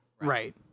right